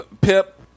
Pip